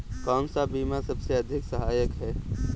कौन सा बीमा सबसे अधिक सहायक है?